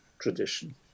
tradition